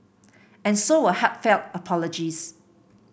and so were heartfelt apologies